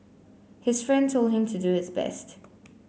his friend told him to do his best